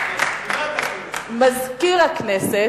מזכירת הכנסת.